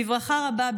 בברכה רבה,